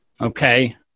Okay